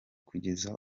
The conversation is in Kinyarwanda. kugeza